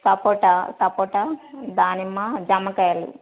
సపోటా సపోటా దానిమ్మ జామకాయలు